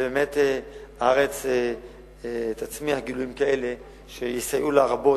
ובאמת הארץ תצמיח גילויים כאלה שיסייעו לה רבות,